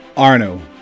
Arno